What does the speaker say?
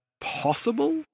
possible